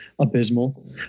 abysmal